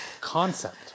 concept